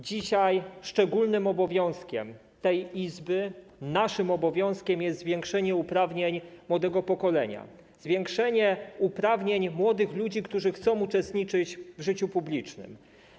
Dzisiaj szczególnym obowiązkiem tej Izby, naszym obowiązkiem, jest zwiększenie uprawnień młodego pokolenia, zwiększenie uprawnień młodych ludzi, którzy chcą uczestniczyć w życiu publicznym.